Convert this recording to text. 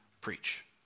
preach